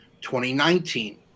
2019